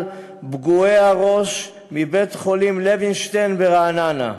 פגועי הראש בבית-החולים לוינשטיין ברעננה.